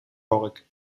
vork